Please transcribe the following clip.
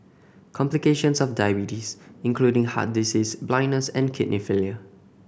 complications of diabetes including heart disease blindness and kidney failure